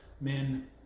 men